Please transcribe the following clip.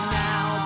now